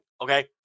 Okay